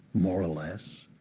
more or less,